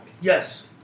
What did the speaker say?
Yes